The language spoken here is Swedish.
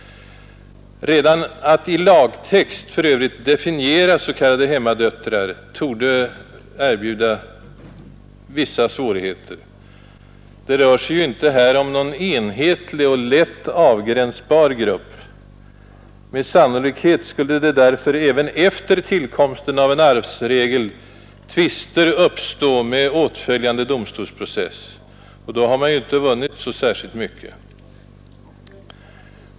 Redan att i lagtext definiera s.k. hemmadöttrar torde för övrigt erbjuda vissa svårigheter. Det rör sig inte här om någon enhetlig eller lätt avgränsad grupp. Med sannolikhet skulle därför även efter tillkomsten av en arvsregel tvister uppstå med åtföljande domstolsprocesser, och då har man ju inte vunnit så särskilt mycket.